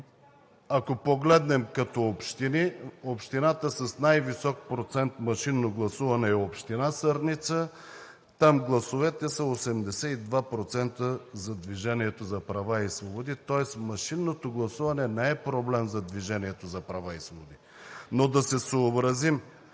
ако погледнем като общини, общината с най-висок процент машинно гласуване, е община Сърница. Там гласовете са 82% за „Движението за права и свободи“, тоест машинното гласуване не е проблем за „Движението за права и свободи“,